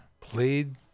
played